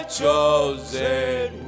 Chosen